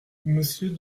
monsieur